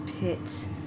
pit